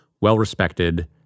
well-respected